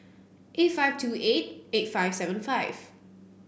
eight five two eight eight five seven five